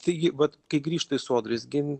taigi vat kai grįžta į sodrą jis gi